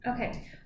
okay